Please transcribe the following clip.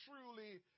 truly